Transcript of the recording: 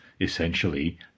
essentially